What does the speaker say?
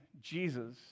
Jesus